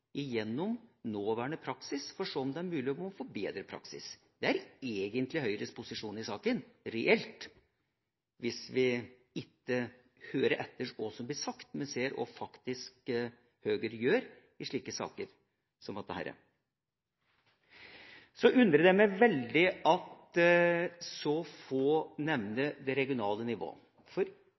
igjennom nåværende praksis for å se om det er mulig å få forbedret praksis. Det er egentlig Høyres posisjon i saken, reelt, hvis vi ikke hører etter hva som blir sagt, men ser hva Høyre faktisk gjør i saker som dette. Så undrer det meg veldig at så få nevner det regionale nivå, for